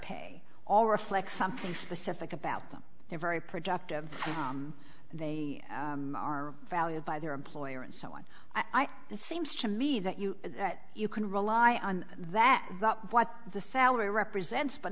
pay all reflects something specific about them they're very productive they are valued by their employer and so on i think it seems to me that you that you can rely on that what the salary represents but